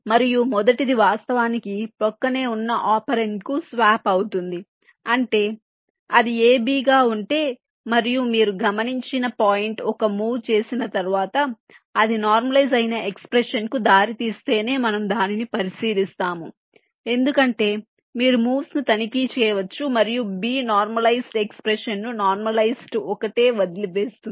మరియు మొదటిది వాస్తవానికి ప్రక్కనే ఉన్న ఒపెరాండ్కు స్వాప్ అవుతుంది అంటే అది ab గా ఉంటే మరియు మీరు గమనించిన పాయింట్ ఒక మూవ్ చేసిన తర్వాత అది నార్మలైజ్ అయిన ఎక్స్ప్రెషన్ కు దారితీస్తేనే మనము దానిని పరిశీలిస్తాము ఎందుకంటే మీరు మూవ్స్ ను తనిఖీ చేయవచ్చు మరియు b నార్మలైజెడ్ ఎక్స్ప్రెషన్ ను నార్మలైజెడ్ ఒకటే వదిలివేస్తుంది